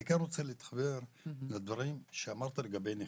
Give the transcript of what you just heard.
אני כן רוצה להתחבר לדברים שאמרת לגבי נכים.